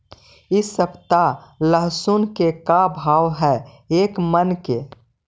इ सप्ताह लहसुन के का भाव है एक मन के?